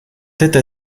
tête